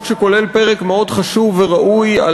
חוק שכולל פרק מאוד חשוב וראוי על